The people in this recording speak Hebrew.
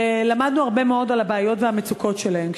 ולמדנו הרבה מאוד על הבעיות והמצוקות שלהם.